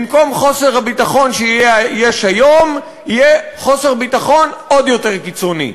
במקום חוסר הביטחון שיש היום יהיה חוסר ביטחון עוד יותר קיצוני.